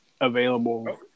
available